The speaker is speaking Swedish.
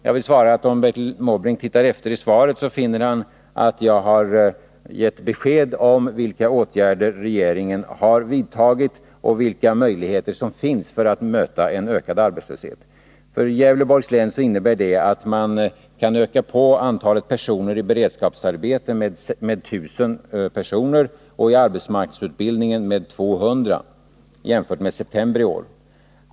Jag vill svara att om Bertil Måbrink tittar efter i svaret så skall han finna att jag gett besked om vilka åtgärder regeringen har vidtagit och vilka möjligheter som finns att möta en ökad arbetslöshet. För Gävleborgs län innebär det att man kan öka antalet personer i beredskapsarbeten med 1000 och i arbetsmarknadsutbildning med 200 jämfört med september i år.